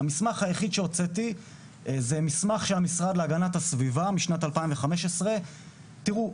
המסמך היחיד שהוצאתי זה מסמך של המשרד להגנת הסביבה משנת 2015. תראו,